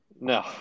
no